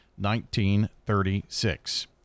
1936